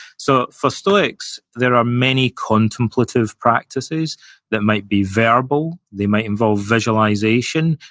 so for stoics, there are many contemplative practices that might be verbal, they might involve visualization,